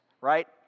right